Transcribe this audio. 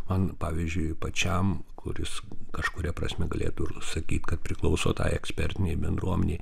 man pavyzdžiui pačiam kuris kažkuria prasme galėtų ir sakyt kad priklauso tai ekspertinei bendruomenei